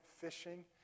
fishing